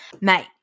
Mate